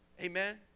Amen